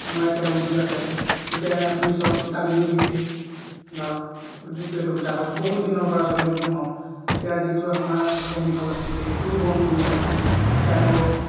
আমাৰ এতিয়া উদ্যোগ আছে যেতিয়া আপুনি চাওক দাবি ডুবিতে ধৰক উদ্যোগটো এইটো সূতা কল বহুত দিনৰ পৰা চলি বন্ধ হ'ল এতিয়া যিটো আপোনাৰ চেনিকল আছিলে সেইটোও বন কৰিলে এতিয়া আকৌ